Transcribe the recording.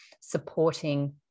supporting